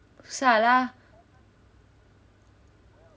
salah